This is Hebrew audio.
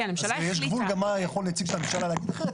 אז יש גבול גם מה יכול נציג של הממשלה להגיד אחרת,